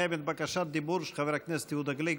קיימת בקשת דיבור של חבר הכנסת יהודה גליק,